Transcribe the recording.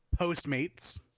Postmates